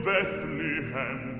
Bethlehem